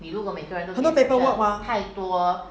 很多 paperwork 吗